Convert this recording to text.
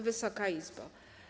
Wysoka Izbo!